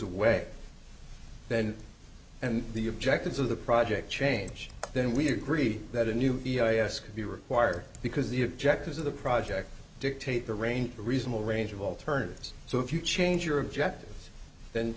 away then and the objectives of the project change then we agreed that a new b o s could be required because the objectives of the project dictate the range a reasonable range of alternatives so if you change your objectives then